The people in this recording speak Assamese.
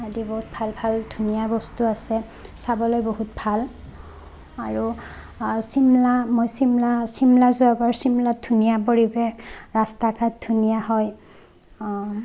আদি বহুত ভাল ভাল ধুনীয়া বস্তু আছে চাবলৈ বহুত ভাল আৰু চিমলা মই চিমলা চিমলা চিমলাত ধুনীয়া পৰিবেশ ৰাস্তা ঘাট ধুনীয়া হয়